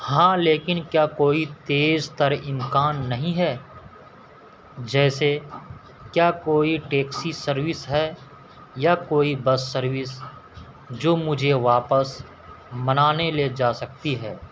ہاں لیکن کیا کوئی تیز تر امکان نہیں ہے جیسے کیا کوئی ٹیکسی سروس ہے یا کوئی بس سروس جو مجھے واپس منالی لے جا سکتی ہے